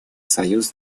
союз